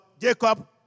Jacob